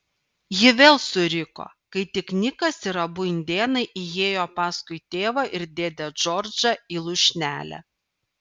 ji vėl suriko kai tik nikas ir abu indėnai įėjo paskui tėvą ir dėdę džordžą į lūšnelę